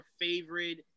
favorite